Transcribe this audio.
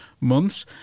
months